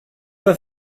pas